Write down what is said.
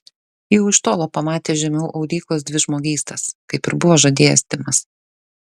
jau iš tolo pamatė žemiau audyklos dvi žmogystas kaip ir buvo žadėjęs timas